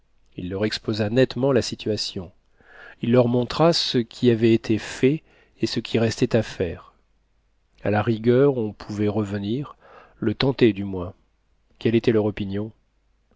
il leur exposa nettement la situation il leur montra ce qui avait été fait et ce qui restait à faire à la rigueur on pouvait revenir le tenter du moins quelle était leur opinion